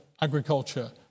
agriculture